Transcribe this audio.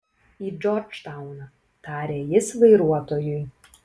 į džordžtauną tarė jis vairuotojui